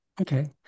Okay